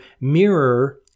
mirror